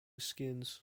skins